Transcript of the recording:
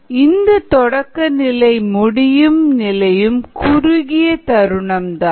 இந்து தொடக்கநிலை முடியும் நிலையும் குறுகிய தருணம்தான்